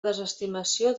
desestimació